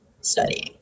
studying